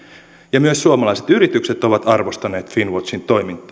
myös suomalaiset yritykset ovat arvostaneet finn watchin toimintaa